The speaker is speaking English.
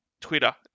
Twitter